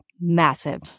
massive